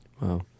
Wow